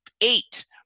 eight